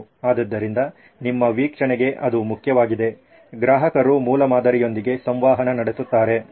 ಆದ್ದರಿಂದ ನಿಮ್ಮ ವೀಕ್ಷಣೆಗೆ ಅದು ಮುಖ್ಯವಾಗಿದೆ ಗ್ರಾಹಕರು ಮೂಲಮಾದರಿಯೊಂದಿಗೆ ಸಂವಹನ ನಡೆಸುತ್ತಾರೆ